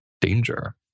danger